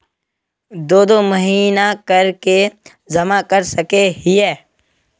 दो दो महीना कर के जमा कर सके हिये?